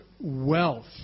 wealth